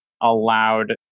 allowed